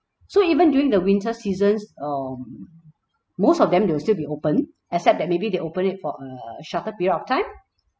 so even during the winter seasons um most of them they will still be open except that maybe they open it for a shorter period of time